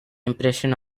impression